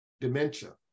dementia